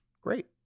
Great